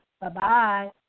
Bye-bye